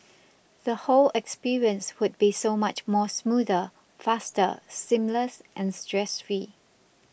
the whole experience would be so much more smoother faster seamless and stress free